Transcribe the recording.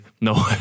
no